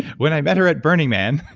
when i met her at burning man,